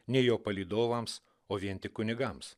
ne jo palydovams o vien tik kunigams